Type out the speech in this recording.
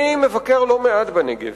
אני מבקר לא מעט בנגב,